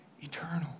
eternal